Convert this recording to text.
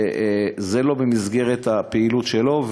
זה לא במסגרת הפעילות שלו.